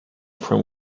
from